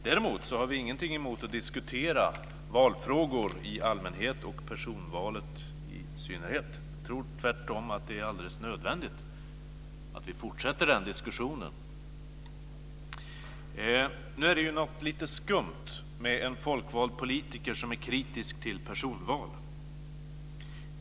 Däremot har vi inget emot att diskutera valfrågor i allmänhet och personvalet i synnerhet. Jag tror tvärtom att det är alldeles nödvändigt att vi fortsätter den diskussionen. Nu är det något lite skumt med en folkvald politiker som är kritisk till personval.